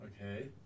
Okay